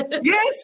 Yes